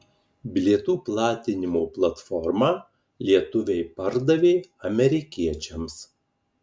bilietų platinimo platformą lietuviai pardavė amerikiečiams